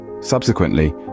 Subsequently